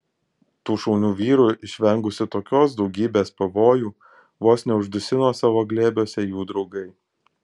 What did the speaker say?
tų šaunių vyrų išvengusių tokios daugybės pavojų vos neuždusino savo glėbiuose jų draugai